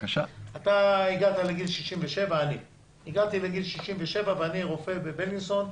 הגעתי לגיל 67 ואני רופא בבילינסון.